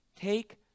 Take